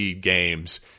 games